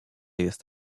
jest